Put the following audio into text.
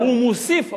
לא, הוא הוסיף עכשיו.